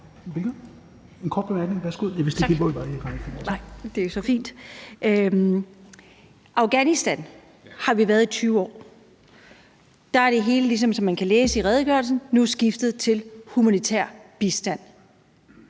Afghanistan har vi været i i 20 år. Der er det hele, som man kan læse i redegørelsen, nu skiftet til humanitær bistand.